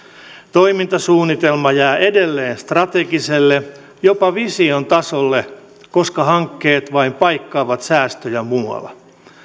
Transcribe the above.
toimintasuunnitelma jää edelleen strategiselle jopa vision tasolle koska hankkeet vain paikkaavat säästöjä muualla